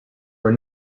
were